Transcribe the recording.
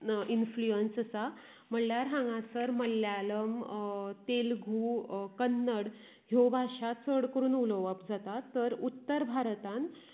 influence आसा म्हळ्यार हांगासर मल्याळम तेलगु कन्नड ह्यो भाशा चड करून उलोवप जाता तर उत्तर भारतांत